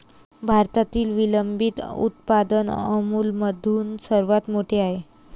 भारतातील विलंबित उत्पादन अमूलमधील सर्वात मोठे आहे